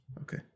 Okay